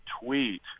tweet